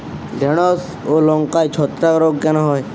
ঢ্যেড়স ও লঙ্কায় ছত্রাক রোগ কেন হয়?